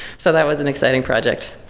so that was an exciting project.